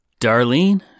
Darlene